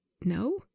no